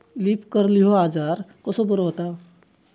Leaf curl ह्यो आजार कसो बरो व्हता?